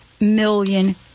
million